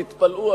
תתפלאו,